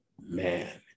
man